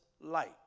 light